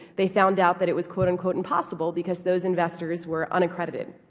they found out that it was quote, unquote impossible because those investors were unaccredited.